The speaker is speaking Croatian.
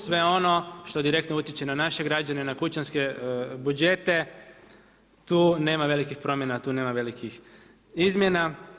Sve ono što direktno utječe na naše građane, na kućanske budžete tu nema velikih promjena, tu nema velikih izmjena.